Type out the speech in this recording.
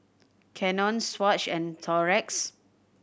Canon Swatch and Xorex